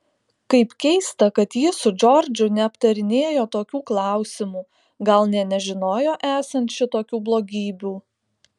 kaip keista kad ji su džordžu neaptarinėjo tokių klausimų gal nė nežinojo esant šitokių blogybių